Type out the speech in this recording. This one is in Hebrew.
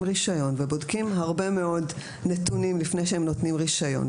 רישיון ובודקים הרבה מאוד נתונים לפני שהם נותנים רישיון,